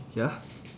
ya